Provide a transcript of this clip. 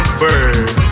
bird